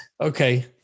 Okay